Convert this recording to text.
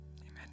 Amen